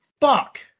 Fuck